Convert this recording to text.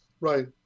Right